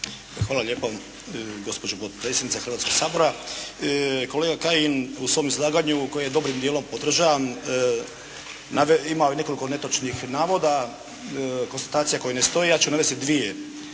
Hvala lijepa gospođu potpredsjednice Hrvatskog sabora. Kolega Kajin u svom izlaganju koji dobrim dijelom podržavam imao je nekoliko netočnih navoda, konstatacija koje ne stoje. Ja ću navesti dvije.